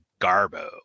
garbo